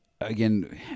again